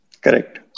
Correct